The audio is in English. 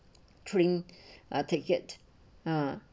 train ah ticket ah